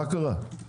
מה קרה?